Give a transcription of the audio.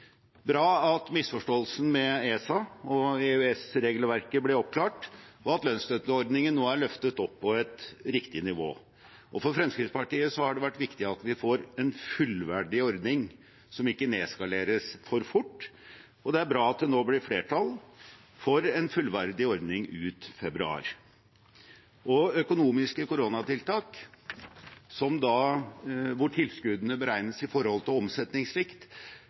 bra at misforståelsen med ESA om EØS-regelverket ble oppklart, og at lønnsstøtteordningen nå er løftet opp på et riktig nivå. For Fremskrittspartiet har det vært viktig at vi får en fullverdig ordning som ikke nedskaleres for fort, og det er bra at det nå blir flertall for en fullverdig ordning ut februar. Økonomiske koronatiltak hvor tilskuddene beregnes i forhold til